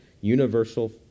universal